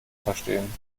verstehen